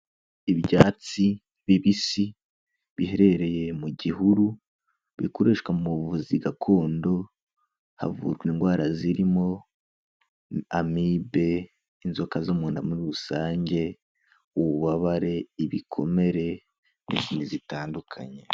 Ibyatsi bibisi biherereye mu gihuru, bikoreshwa mu buvuzi gakondo, havurwa indwara zirimo Amibe, inzoka zo mu nda muri rusange, ububabare, ibikomere n'izindi zitandukanye.